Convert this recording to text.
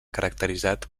caracteritzat